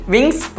Wings